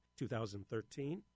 2013